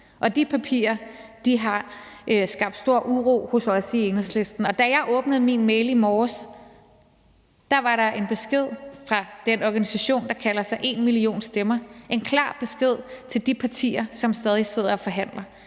og de papirer har skabt stor uro hos os i Enhedslisten. Da jeg åbnede min mail i morges, var der fra den organisation, der kalder sig #enmillionstemmer, en klar besked til de partier, som stadig sidder og forhandler,